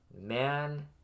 man-